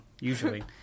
usually